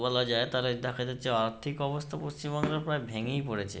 বলা যায় তাহলে দেখা যাচ্ছে আর্থিক অবস্থা পশ্চিমবাংলার প্রায় ভেঙ্গেই পড়েছে